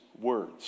words